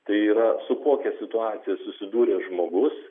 tai yra su kokia situacija susidūrė žmogus